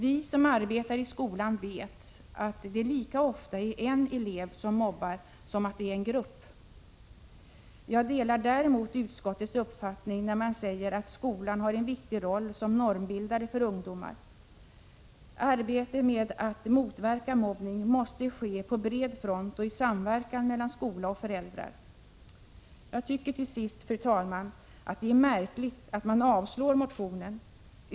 Vi som arbetar i skolan vet att det lika ofta är en elev som mobbar som en grupp. Jag delar däremot utskottets uppfattning när man säger att skolan har en viktig roll som normbildare för ungdomar. Arbetet med att motverka mobbning måste ske på bred front och i samverkan mellan skola och föräldrar. Jag tycker till sist, fru talman, att det är märkligt att man avstyrker motionen.